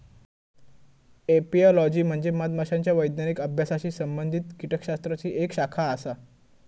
apiology म्हणजे मधमाशांच्या वैज्ञानिक अभ्यासाशी संबंधित कीटकशास्त्राची एक शाखा आसा